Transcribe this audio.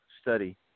study